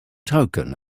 token